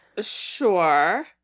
Sure